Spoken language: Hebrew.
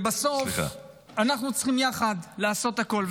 ובסוף אנחנו צריכים יחד לעשות הכול.